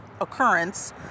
occurrence